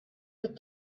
fit